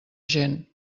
gent